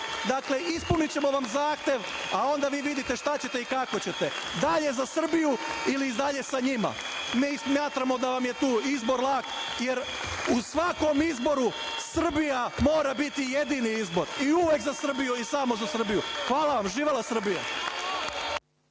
Neće! Dakle, ispunićemo vam zahtev, a onda vi vidite šta ćete i kako ćete dalje za Srbiju ili dalje sa njima. Mi smatramo da vam je tu izbor lak, jer uz svakom izboru Srbija mora biti jedini izbor i uvek za Srbiju i samo za Srbiju. Hvala vam. Živela Srbija.